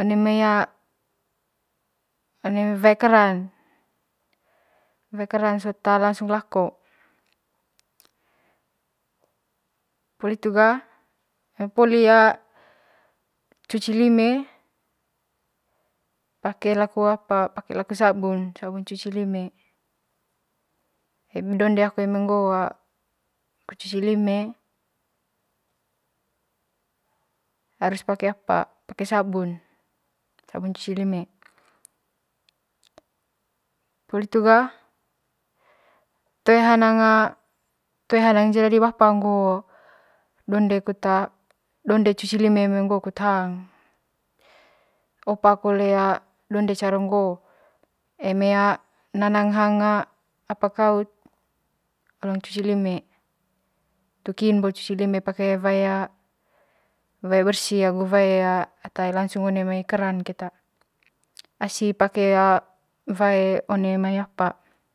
one mai wae keran wae keran sot langsung lako poli hitu ga eme poli cuci lime pake laku apa pake laku sabun cuci lime eme donde aku eme ngo'o cuci lime harus pake apa pake sabun sabun cuci lime poli hitu ga toe hanang toe hanang jera di bapa ngo'o donde kut donde cuci lime kut hang opa kole donde caro ngo'o eme ngoeng a nanang hang apa kaut oong cuci lime hitu kin bo cuci lime pake wae bersi agu wae a ata langsung one mai keran keta asi pake one mai wae apa.